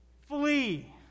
Flee